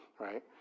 right